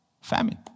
Famine